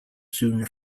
soon